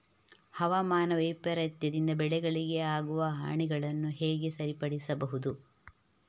ಹವಾಮಾನ ವೈಪರೀತ್ಯದಿಂದ ಬೆಳೆಗಳಿಗೆ ಆಗುವ ಹಾನಿಗಳನ್ನು ಹೇಗೆ ಸರಿಪಡಿಸಬಹುದು?